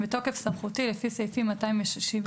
בתוקף סמכותי לפי סעיפים 273(ג),